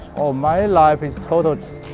um my life is totally